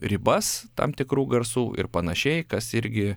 ribas tam tikrų garsų ir panašiai kas irgi